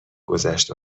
گذشت